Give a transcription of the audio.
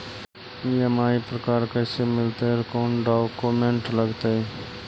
EMI पर car कैसे मिलतै औ कोन डाउकमेंट लगतै?